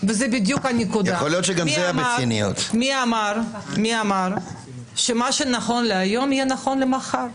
וזו בדיוק הנקודה מי אמר שמה שנכון להיום יהיה נכון למחר?